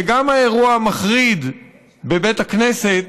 וגם האירוע המחריד בבית הכנסת